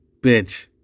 bitch